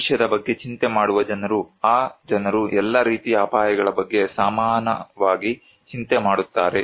ಭವಿಷ್ಯದ ಬಗ್ಗೆ ಚಿಂತೆ ಮಾಡುವ ಜನರು ಆ ಜನರು ಎಲ್ಲಾ ರೀತಿಯ ಅಪಾಯಗಳ ಬಗ್ಗೆ ಸಮಾನವಾಗಿ ಚಿಂತೆ ಮಾಡುತ್ತಾರೆ